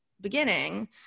beginning